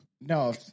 No